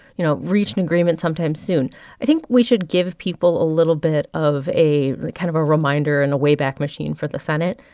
you know, reach an agreement sometime soon i think we should give people a little bit of a kind of a reminder in the wayback machine for the senate.